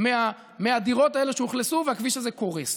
מהדירות האלה שאוכלסו, והכביש הזה קורס.